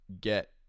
get